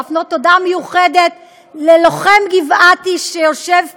להפנות תודה מיוחדת ללוחם גבעתי שיושב כאן,